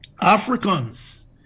Africans